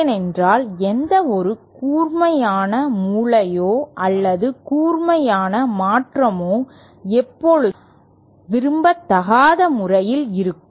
ஏனென்றால் எந்தவொரு கூர்மையான மூலையோ அல்லது கூர்மையான மாற்றமோ எப்போதும் விரும்பத்தகாத முறைகளில் இருக்கும்